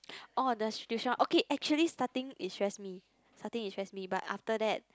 orh the tuition okay actually starting it stress me starting it stress me but after that